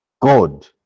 God